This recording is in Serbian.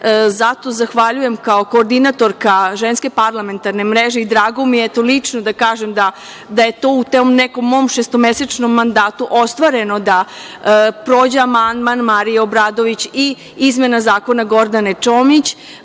žene. Zato zahvaljujem kao koordinatorka Ženske parlamentarne mreže i drago mi je lično da kažem da je u tom nekom mom šestomesečnom mandatu ostvareno da prođe amandman Marije Obradović i izmena zakona Gordane